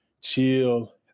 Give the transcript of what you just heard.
chill